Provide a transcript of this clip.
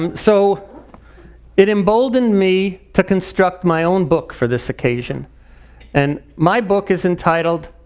um so it emboldened me to construct my own book for this occasion and my book is entitled,